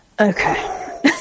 Okay